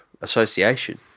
association